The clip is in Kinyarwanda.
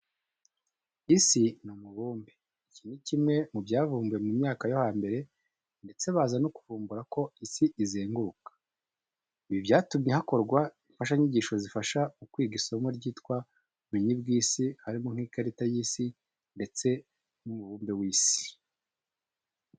Isi ni umubumbe. Iki ni kimwe mu byavumbuwe mu myaka yo hambere ndetse baza no kuvumbura ko isi izenguruka. Ibi byatumye hakorwa imfashanyigisho zifasha mu kwiga isomo ryitwa ubumenyi bw'isi harimo nk'ikarita y'isi ndetse n'umubumbe w'isi.